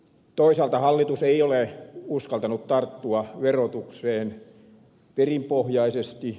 toisaalta hallitus ei ole uskaltanut tarttua verotukseen perinpohjaisesti